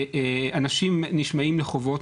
אנשים נשמעים לחובות,